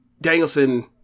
Danielson